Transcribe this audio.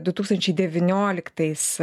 du tūkstančiai devynioliktais